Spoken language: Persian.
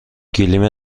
گلیم